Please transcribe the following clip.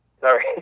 sorry